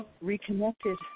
Reconnected